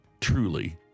truly